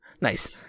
Nice